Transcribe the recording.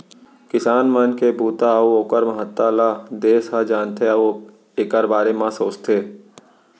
किसान मन के बूता अउ ओकर महत्ता ल देस ह जानथे अउ एकर बारे म सोचथे